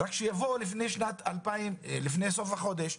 רק שיבואו לפני סוף החודש,